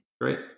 Great